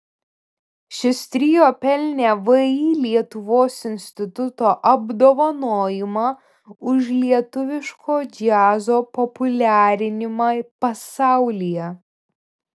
šis trio pelnė vį lietuvos instituto apdovanojimą už lietuviško džiazo populiarinimą pasaulyje